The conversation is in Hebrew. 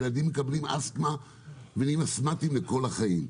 ילדים מקבלים אסטמה ונהיים אסטמטיים לכל החיים.